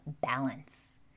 balance